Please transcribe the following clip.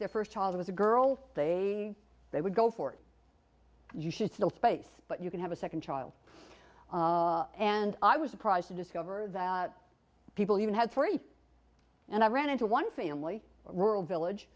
their first child was a girl they they would go for it you should still space but you can have a second child and i was surprised to discover that people even had three and i ran into one family rural village